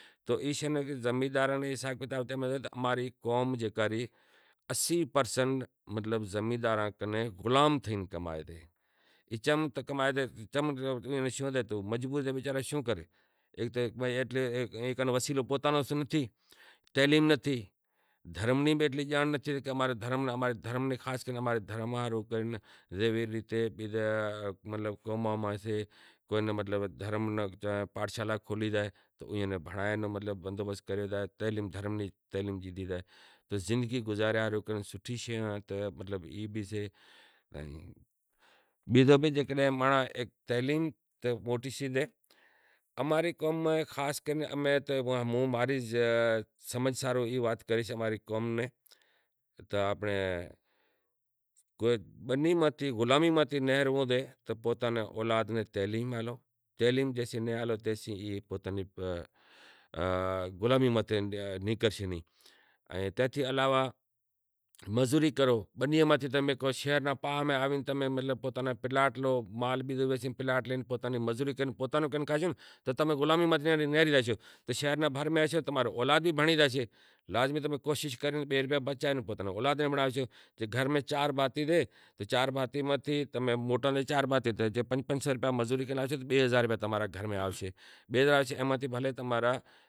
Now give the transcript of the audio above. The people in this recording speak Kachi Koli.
اماری ققم جیکا ری تقریبن اسی پرسنٹ زمیندارں کنیں غلام تھئی کمائے تی۔ چم کہ مجبور سیں وچارا شوں کریں ہیک تو وساراں کن وسیلو نتھی تعلیم نتھی دھرم نی بھی ایتلی جانڑ نتھی مطلب اماں ماں سے مطلب دھرم نی پاٹھشالا کھولی زائے اینو دھرم نی تعلیم آلی زائے، زندگی گزارا ہاروں ای بھی سوٹھی شے سے۔ بیزو بھی مانڑاں تعلیم بھی ہیک موٹی چیز اے ہوں تو ماں ری سمجھ ساروں ای وات کریش کہ اماری قوم تہ آنپڑے کوئی بنی ماتھے غلامی ماتھے ناں رہو، آپرے اولاد نیں تعلیم آلو۔ غلامی ماں نکرشے نیں جے تعلیم نیں آلو، مزوری کرو بنیئے ناں سیڑے شہر میں زائے مزوری کرو مطلب تمیں شہر میں زائے پلاٹ لے آشو تو تمیں غلامی ماں نیکرے زاشو، شہر نے بھر میں آشو تو تماں رو اولاد بھی بھنڑے زاشے بئے روپیا بچائے تمیں اولاد ناں بھنڑاشو تو گھر میں چار بھاتی سے تو چار بھاتی متھے پانس پانس ہو روپیا مزوری کرشو تو تمارے گھر میں بئے ہزار آوشیں۔